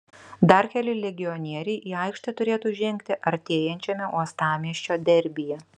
dar keli legionieriai į aikštę turėtų žengti artėjančiame uostamiesčio derbyje